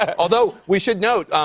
ah although, we should note,